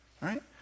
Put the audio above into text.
Right